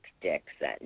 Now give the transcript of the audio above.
Dixon